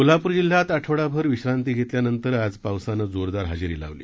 कोल्हापूर जिल्ह्यात आठवडा भर विश्रांती घेतल्यानंतर आज पावसानं जोरदार हजेरी लावली